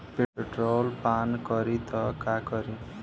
Petrol पान करी त का करी?